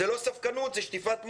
זה לא ספקנות, זה שטיפת מוח.